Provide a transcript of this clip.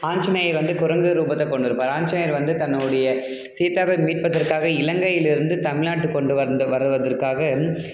ஆஞ்சநேயர் வந்து குரங்கு ரூபத்தை கொண்டிருப்பார் ஆஞ்சநேயர் வந்து தன்னுடைய சீதாவை மீட்பதற்காக இலங்கையிலிருந்து தமிழ்நாட்டுக்குக் கொண்டு வந்த வருவதற்காக